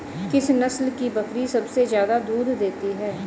किस नस्ल की बकरी सबसे ज्यादा दूध देती है?